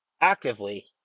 actively